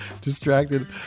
distracted